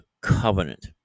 covenant